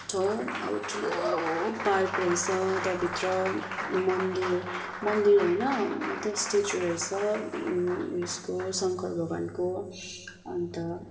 ठाउँ अब ठुलो पार्क रहेछ त्यहाँभित्र मन्दिर मन्दिर होइन मतलब स्ट्याचु रहेछ उयेसको शङ्कर भगवान्को अन्त